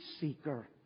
seeker